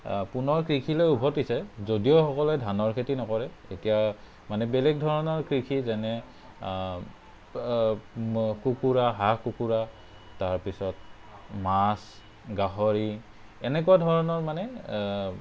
পুনৰ কৃষিলৈ উভতিছে যদিও সকলোৱে ধানৰ খেতি নকৰে তেতিয়া মানে বেলেগ ধৰণৰ কৃষি যেনে কুকুৰা হাঁহ কুকুৰা তাৰপিছত মাছ গাহৰি এনেকুৱা ধৰণৰ মানে